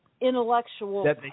intellectual